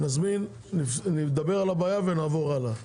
נזמין, נדבר על הבעיה ונעבור הלאה,